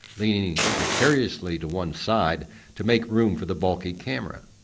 leaning precariously to one side to make room for the bulky camera.